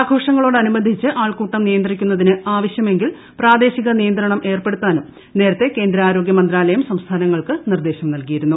ആഘോഷങ്ങളോടനുബന്ധിച്ച് ആൾക്കൂട്ടം ് നിയന്ത്രിക്കുപ്പോൾ ആവശ്യമെങ്കിൽ പ്രാദേശിക് നിയന്ത്രണം ഏർപ്പെടുത്താനും നേരത്തെ കേന്ദ്ര ആരോഗൃ മന്ത്രാലയം സംസ്ഥാനങ്ങൾക്ക് നിർദ്ദേശം നൽകിയിരുന്നു